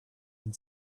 and